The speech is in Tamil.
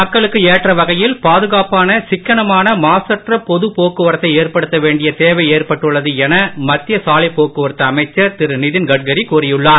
மக்களுக்கு ஏற்ற வகையில் பாதுகாப்பான சிக்கனமான மாசற்ற பொது போக்குவரத்தை ஏற்படுத்த வேண்டிய தேவை ஏற்பட்டுள்ளது என மத்திய சாலைப் போக்குவரத்து அமைச்சர் திரு நிதின் கட்கரி கூறியுள்ளார்